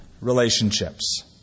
relationships